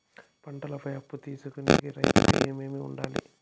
పంటల పై అప్పు తీసుకొనేకి రైతుకు ఏమేమి వుండాలి?